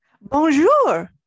bonjour